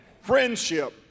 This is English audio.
Friendship